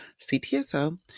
CTSO